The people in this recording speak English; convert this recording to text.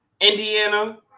Indiana